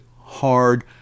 hard